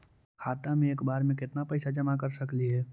खाता मे एक बार मे केत्ना पैसा जमा कर सकली हे?